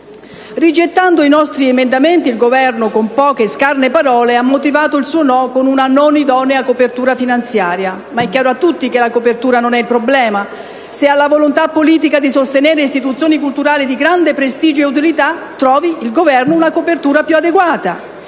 Rigettando i nostri emendamenti, il Governo, con poche e scarne parole ha motivato il suo no con una non idonea copertura finanziaria. Ma è chiaro a tutti che non è la copertura il problema. Se ha la volontà politica di sostenere istituzioni culturali di grande prestigio e utilità, il Governo trovi una copertura più adeguata.